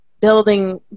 building